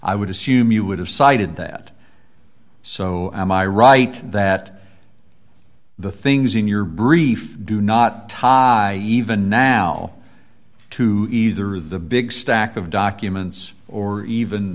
i would assume you would have cited that so am i right that the things in your brief do not ta even now to either the big stack of documents or even